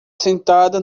sentada